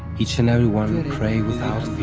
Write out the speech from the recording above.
each and every one pray without